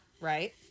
Right